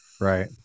Right